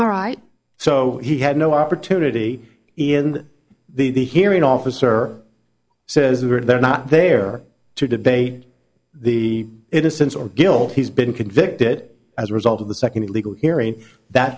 all right so he had no opportunity in the hearing officer says or they're not there to debate the innocence or guilt he's been convicted as a result of the second legal hearing that